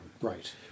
Right